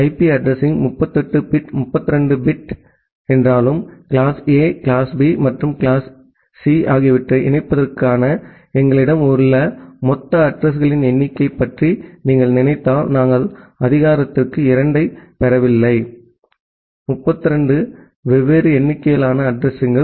IP addressing 32 bit என்றாலும் class A class B மற்றும் class C ஆகியவற்றை இணைப்பதற்கான எங்களிடம் உள்ள மொத்த அட்ரஸிங்களின் எண்ணிக்கையைப் பற்றி நீங்கள் நினைத்தால் நாங்கள் அதிகாரத்திற்கு 2 ஐப் பெறவில்லை 32 வெவ்வேறு எண்ணிக்கையிலான அட்ரஸிங்கள்